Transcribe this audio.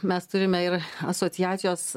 mes turime ir asociacijos